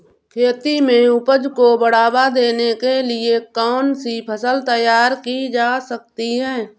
खेती में उपज को बढ़ावा देने के लिए कौन सी फसल तैयार की जा सकती है?